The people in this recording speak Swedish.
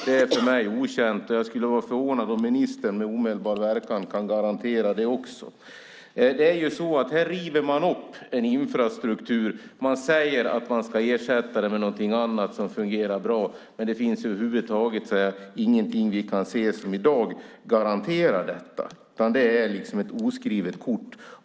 Det är för mig okänt, och jag skulle vara förvånad om ministern med omedelbar verkan kan garantera det också. Här river man upp en infrastruktur. Man säger att man ska ersätta den med något annat som fungerar bra, men det finns över huvud taget ingenting vi kan se som i dag garanterar detta. Det är liksom ett oskrivet kort.